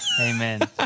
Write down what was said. Amen